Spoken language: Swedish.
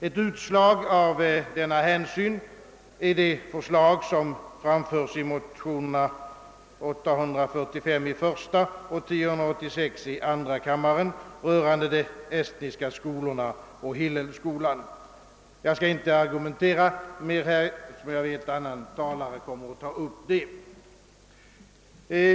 Ett utslag av denna ränsyn är det förslag, som framförs i motionsparet I:845 och II:1086 rörande de estniska skolorna och Hillelskolan. Jag skall inte argumentera närmare för detta förslag, eftersom jag vet att en annan talare kommer att göra detta.